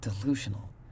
Delusional